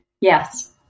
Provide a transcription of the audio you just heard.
Yes